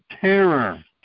terror